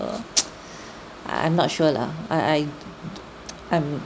uh I'm not sure lah I I I'm